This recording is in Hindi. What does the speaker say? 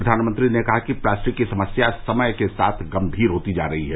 प्रघानमंत्री ने कहा कि प्लास्टिक की समस्या समय के साथ गम्मीर होती जा रही है